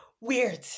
Weird